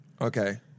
Okay